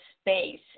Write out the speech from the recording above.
space